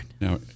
Now